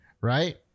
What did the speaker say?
right